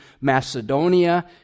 Macedonia